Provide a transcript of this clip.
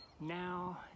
Now